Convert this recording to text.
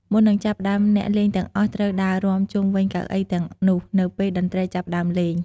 មុននឹងចាប់ផ្តើម អ្នកលេងទាំងអស់ត្រូវដើររាំជុំវិញកៅអីទាំងនោះ នៅពេលតន្ត្រីចាប់ផ្តើមលេង។